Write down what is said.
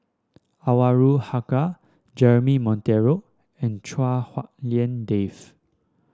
Anwarul Haque Jeremy Monteiro and Chua Hak Lien Dave